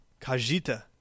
kajita